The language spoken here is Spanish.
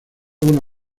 obra